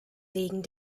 wegen